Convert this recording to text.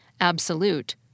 absolute